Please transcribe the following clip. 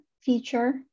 feature